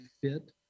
fit